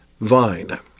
vine